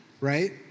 right